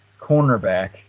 cornerback